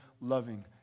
loving